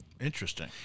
Interesting